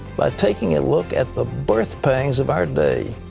by taking a look at the birth pangs of our day.